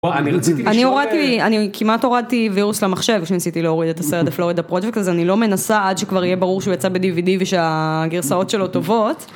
אני כמעט הורדתי וירוס למחשב כשניסיתי להוריד את הסרט הפלורידה פרויקט אז אני לא מנסה עד שכבר יהיה ברור שהוא יצא בDVD ושהגרסאות שלו טובות.